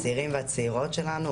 שהצעירים והצעירות שלנו,